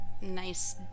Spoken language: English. nice